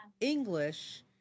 English